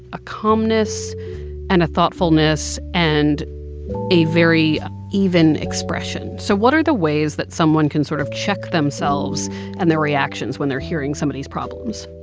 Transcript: a calmness and a thoughtfulness and a very even expression. so what are the ways that someone can sort of check themselves and their reactions when they're hearing somebody's problems?